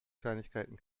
kleinigkeiten